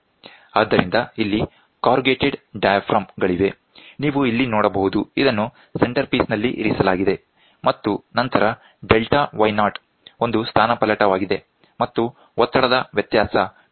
ಆದ್ದರಿಂದ ಇಲ್ಲಿ corrugated diaphragm ಗಳಿವೆ ನೀವು ಇಲ್ಲಿ ನೋಡಬಹುದು ಇದನ್ನು ಸೆಂಟರ್ಪೀಸ್ ನಲ್ಲಿ ಇರಿಸಲಾಗಿದೆ ಮತ್ತು ನಂತರ Δyo ಒಂದು ಸ್ಥಾನಪಲ್ಲಟವಾಗಿದೆ ಮತ್ತು ಒತ್ತಡದ ವ್ಯತ್ಯಾಸ P1 P2 ಆಗಿದೆ